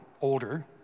older